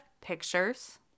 pictures